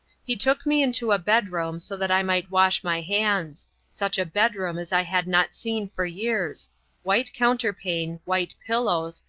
he took me into a bedroom so that i might wash my hands such a bedroom as i had not seen for years white counterpane, white pillows,